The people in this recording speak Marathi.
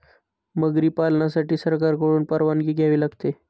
मगरी पालनासाठी सरकारकडून परवानगी घ्यावी लागते